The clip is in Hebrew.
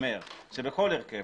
שבכל הרכב,